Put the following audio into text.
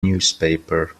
newspaper